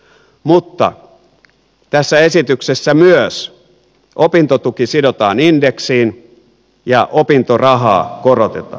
mutta tässä esityksessä myös opintotuki sidotaan indeksiin ja opintorahaa korotetaan